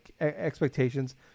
expectations